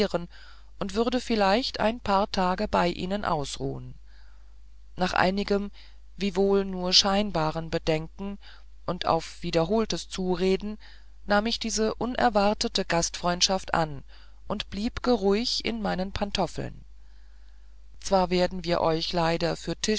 und würde vielleicht ein paar tage bei ihnen ausruhen nach einigem wiewohl nur scheinbaren bedenken und auf wiederholtes zureden nahm ich diese unerwartete gastfreundschaft an und blieb geruhig in meinen pantoffeln zwar werden wir euch leider